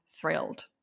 thrilled